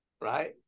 right